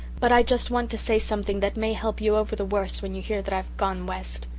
but i just want to say something that may help you over the worst when you hear that i've gone west.